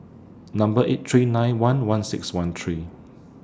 Number eight three nine one one six one three